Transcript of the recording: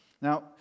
Now